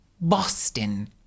Boston